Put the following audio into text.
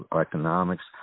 economics